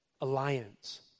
alliance